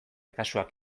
kasuak